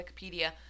Wikipedia